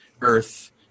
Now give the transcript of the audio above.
Earth